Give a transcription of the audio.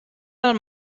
del